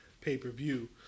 pay-per-view